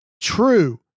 true